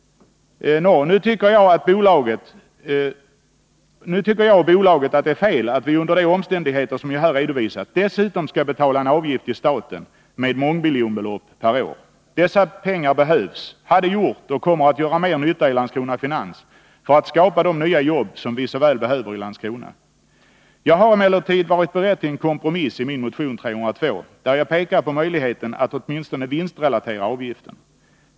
Nå, nu tycker jag och bolaget att det är fel att vi, under de omständigheter som jag här redovisat, dessutom skall betala en avgift till staten med mångmiljonbelopp per år. Dessa pengar behövs, hade gjort och kommer att göra mera nytta i Landskrona Finans för att skapa de nya jobb som vi så väl behöver i Landskrona. Jag har emellertid varit beredd till en kompromiss i min motion 302, där jag pekar på möjligheten att åtminstone vinstrelatera avgiften.